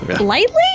Lightly